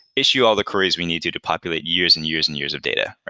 issue all the queries we need to to populate years and years and years of data.